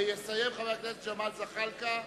יסיים חבר הכנסת ג'מאל זחאלקה.